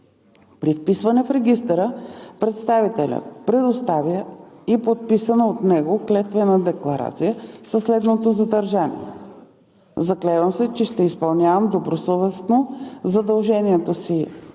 При вписване в регистъра представителят предоставя и подписана от него клетвена декларация със следното съдържание: „Заклевам се, че ще изпълнявам добросъвестно задълженията си